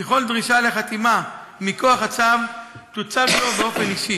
כי כל דרישה לחתימה מכוח הצו תוצג לו באופן אישי,